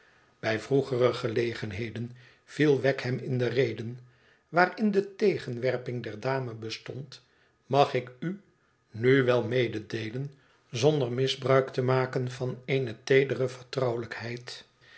bij vroegere gelegenheden viel wegg hem in de rede waarin de tegenwerping der dame bestond mag ik u nu wel mededeelen zonder misbruik te maken van eene teedere